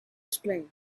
explain